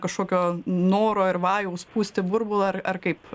kažkokio noro ir vajaus pūsti burbulą ar ar kaip